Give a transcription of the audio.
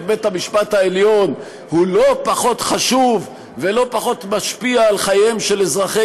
בית-המשפט העליון הוא לא פחות חשוב ולא פחות משפיע על חייהם של אזרחי